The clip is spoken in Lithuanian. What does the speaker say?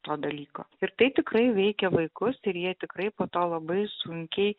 to dalyko ir tai tikrai veikia vaikus ir jie tikrai po to labai sunkiai